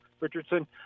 Richardson